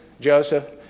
Joseph